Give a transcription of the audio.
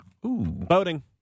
Boating